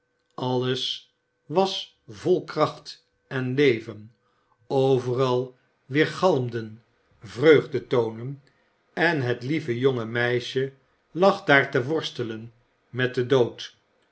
alles was vol kracht en leven overal weergalmden vreugdetonen en het lieve jonge meisje lag daar te worstelen met den dood